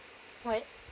what